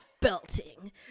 belting